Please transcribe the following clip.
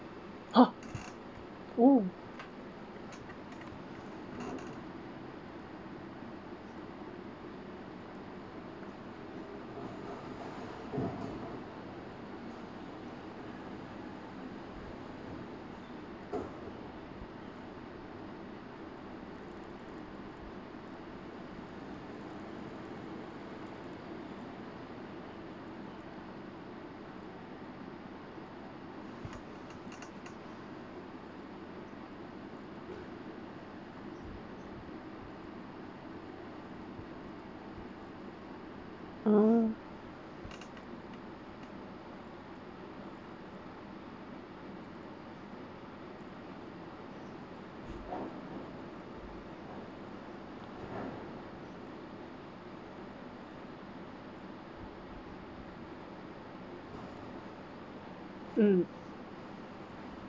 !huh! oh ah mm